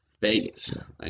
Vegas